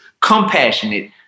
compassionate